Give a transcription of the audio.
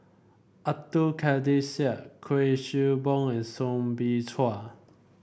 Abdul Kadir Syed Kuik Swee Boon and Soo Bin Chua